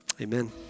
amen